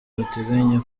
bateganya